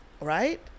right